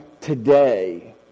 today